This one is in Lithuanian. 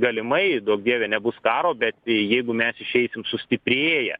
galimai duok dieve nebus karo bet jeigu mes išeisim sustiprėję